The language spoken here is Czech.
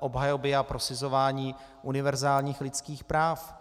obhajoby a prosazování univerzálních lidských práv.